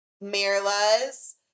Mirla's